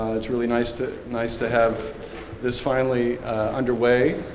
it's really nice to nice to have this finally underway.